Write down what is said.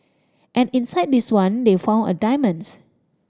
and inside this one they found diamonds